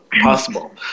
possible